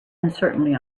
uncertainly